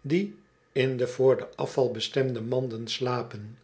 die in de voor den afval bestemde manden slapen